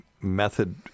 method